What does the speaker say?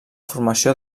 formació